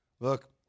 Look